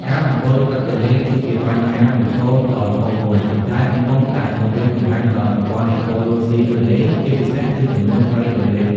ការបំពុលទឹកទន្លេគឺជាបញ្ហាប្រឈមដ៏ធំមួយដែលកំពុងតែគំរាមកំហែងដល់ប្រព័ន្ធអេកូឡូស៊ីទន្លេ ជាពិសេសគឺចំនួនត្រីទន្លេ។